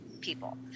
people